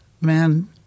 man